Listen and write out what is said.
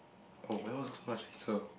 oh well it looks much nicer